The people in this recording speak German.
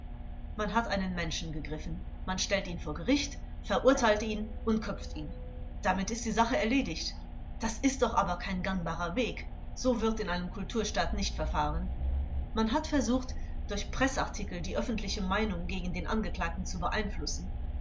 man hat einen menschen gegriffen man stellt ihn vor gericht verurteilt ihn und köpft ihn damit ist die sache erledigt das ist doch aber kein gangbarer weg so wird in einem kulturstaat nicht verfahren man hat versucht durch preßartikel die öffentliche meinung gegen den angeklagten zu beeinflussen